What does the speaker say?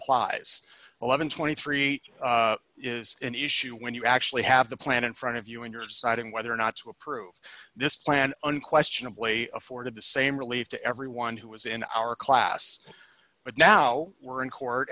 and twenty three is an issue when you actually have the plan in front of you and your side and whether or not to approve this plan unquestionably afforded the same relief to everyone who was in our class but now we're in court